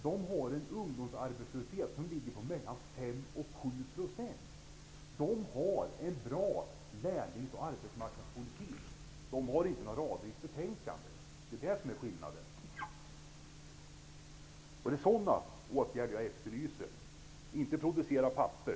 De har en ungdomsarbetslöshet på 5-- 7 %. De har en bra lärlings och arbetsmarknadspolitik. De har inte några rader i ett betänkande. Det är det som är skillnaden. Jag efterlyser sådana åtgärder -- inte att producera papper.